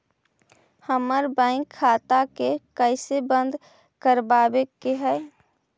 हमर बैंक खाता के कैसे बंद करबाबे के है?